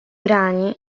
brani